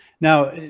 now